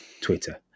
Twitter